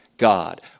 God